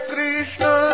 Krishna